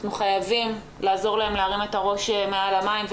אנחנו חייבים לעזור להם להרים את הראש מעל המים,